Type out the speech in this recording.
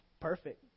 perfect